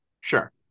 Sure